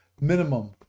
minimum